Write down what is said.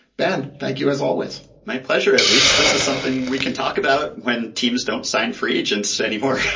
ben thank you as always my pleasure. at least this is something we can talk about when teams don't sign free agents anymore.